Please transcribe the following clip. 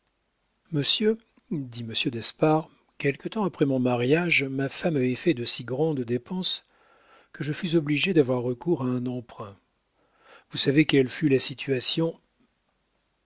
monsieur dit monsieur d'espard quelque temps après mon mariage ma femme avait fait de si grandes dépenses que je fus obligé d'avoir recours à un emprunt vous savez quelle fut la situation